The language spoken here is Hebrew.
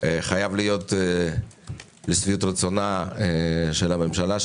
חייב להיות לשביעות רצונה של הממשלה,